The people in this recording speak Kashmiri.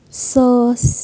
ساس